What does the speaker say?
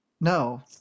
No